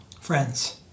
Friends